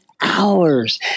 hours